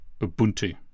Ubuntu